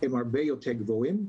הם הרבה יותר גבוהים,